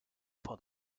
upon